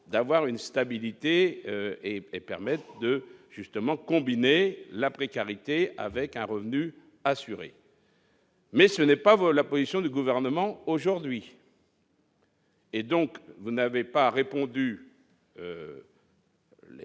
d'avoir une stabilité et et permettent de justement combiner la précarité avec un revenu assuré. Mais ce n'est pas vous la position du gouvernement aujourd'hui. Et donc vous n'avez pas répondu.